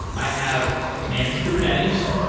i have managed kubernetes.